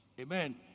Amen